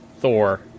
Thor